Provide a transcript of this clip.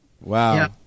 Wow